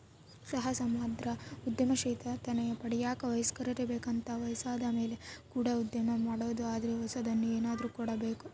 ಸಹಸ್ರಮಾನದ ಉದ್ಯಮಶೀಲತೆಯನ್ನ ಪಡೆಯಕ ವಯಸ್ಕರೇ ಬೇಕೆಂತಲ್ಲ ವಯಸ್ಸಾದಮೇಲೆ ಕೂಡ ಉದ್ಯಮ ಮಾಡಬೊದು ಆದರೆ ಹೊಸದನ್ನು ಏನಾದ್ರು ಕೊಡಬೇಕು